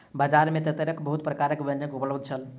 बजार में तेतैरक बहुत प्रकारक व्यंजन उपलब्ध छल